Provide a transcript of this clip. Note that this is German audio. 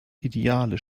ideale